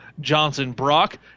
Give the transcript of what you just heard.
Johnson-Brock